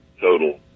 total